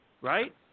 Right